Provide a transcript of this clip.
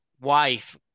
wife